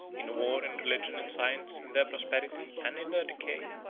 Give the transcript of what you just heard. in war, in religion, in science, in their prosperity, and in their decay,